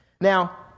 Now